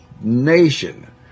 nation